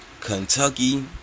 Kentucky